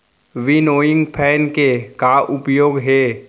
Winnowing fan के का उपयोग हे?